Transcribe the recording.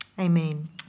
Amen